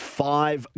five